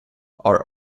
are